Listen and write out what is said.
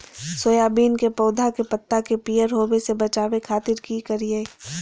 Soybean के पौधा के पत्ता के पियर होबे से बचावे खातिर की करिअई?